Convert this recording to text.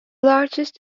largest